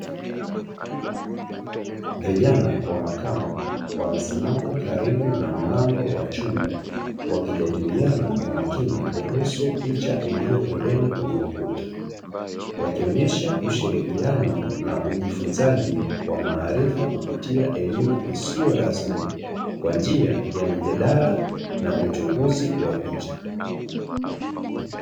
Vijana wa makamo wamesimama karibu na mlango wa chumba wakijadiliana kwa makini kuhusu picha ilio pembeni kwenye ukuta, wakionesha ushirikiano na ujifunzaji wa maarifa kupitia elimu isiyo rasmi kwa njia ya mijadala na uchunguzi wa picha.